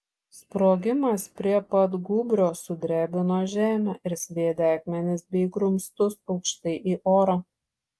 sprogimas prie pat gūbrio sudrebino žemę ir sviedė akmenis bei grumstus aukštai į orą